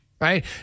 right